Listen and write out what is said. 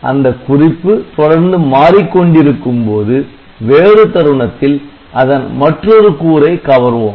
அந்த குறிப்பு தொடர்ந்து மாறிக் கொண்டிருக்கும்போது வேறு தருணத்தில் அதன் மற்றொரு கூறை கவர்வோம்